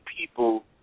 people